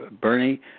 Bernie